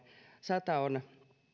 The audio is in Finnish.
sata on